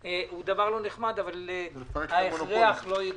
היא דבר לא נחמד, אבל ההכרח בל יגונה.